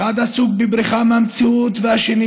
אחד עסוק בבריחה מהמציאות, והשני